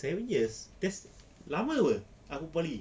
seven years that's lama [pe] aku poly